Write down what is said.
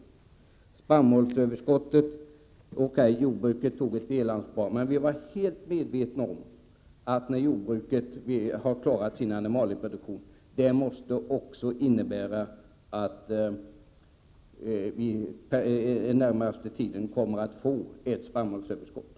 Vad beträffar spannmålsöverskottet tog jordbruket ett delansvar — men vi var helt medvetna om att när jordbruket halverar sin animalieproduktion måste det också innebära att vi den närmaste tiden kommer få ett spannmålsöverskott.